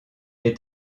est